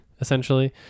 essentially